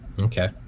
Okay